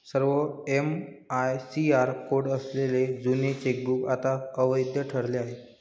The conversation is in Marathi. सर्व एम.आय.सी.आर कोड असलेले जुने चेकबुक आता अवैध ठरले आहे